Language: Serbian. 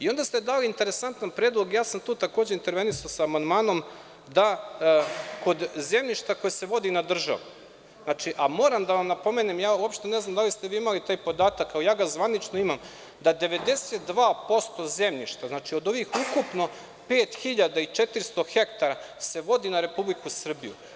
Onda ste dali interesantan predlog i ja sam tu takođe intervenisao sa amandmanom, da kod zemljišta koje se vodi na državu, a moram da napomenem, uopšte ne znam da li ste imali taj podatak, a ja ga zvanično imam, da 92% zemljišta od ovih ukupno 5.400 hektara se vodi na Republiku Srbiju.